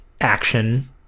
action